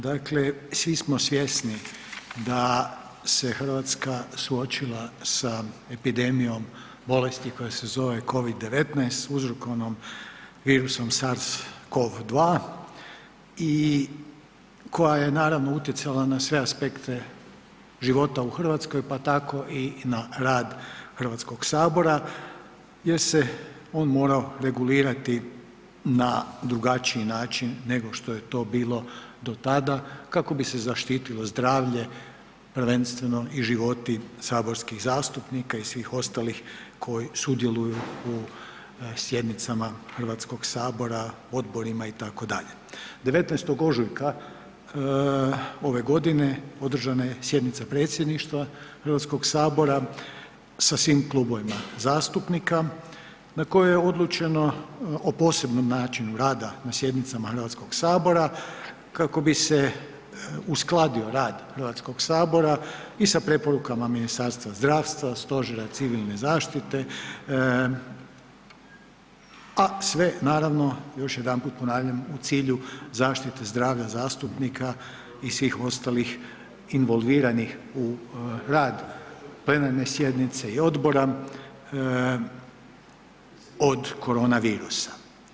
Dakle, svi smo svjesni da se Hrvatska suočila sa epidemijom bolesti koja se zove covid-19 uzrokovanom virusom SARS-cov-2 i koja je naravno utjecala na sve aspekte života u Hrvatskoj pa tako i na rad Hrvatskog sabora gdje se on morao regulirati na drugačiji način nego što je to bilo do tada kako bi se zaštitilo zdravlje prvenstveno i životi saborskih zastupnika i svih ostalih koji sudjeluju u sjednicama HS-a, odborima itd. 19. ožujka ove godine održana je sjednica Predsjedništva HS-a sa svim klubovima zastupnika na kojoj je odlučeno o posebnom načinu rada na sjednicama HS-a kako bi se uskladio rad HS-a i sa preporukama Ministarstva zdravstva, Stožera civilne zaštite, a sve naravno još jednom ponavljam, u cilju zaštite zdravlja zastupnika i svih ostalih involviranih u rad plenarne sjednice i odbora od korona virusa.